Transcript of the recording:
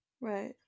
Right